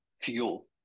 fuel